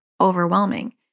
overwhelming